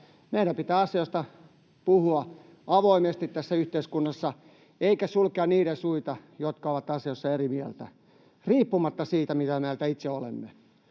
meidän pitää asioista puhua avoimesti tässä yhteiskunnassa eikä sulkea niiden suita, jotka ovat asioista eri mieltä, riippumatta siitä, mitä mieltä itse olemme.